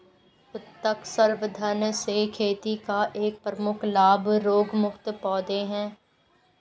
उत्तक संवर्धन से खेती का एक प्रमुख लाभ रोगमुक्त पौधे हैं